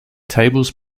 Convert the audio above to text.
tables